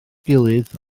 gilydd